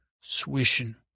swishing